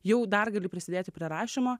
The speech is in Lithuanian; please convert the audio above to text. jau dar gali prisidėti prie rašymo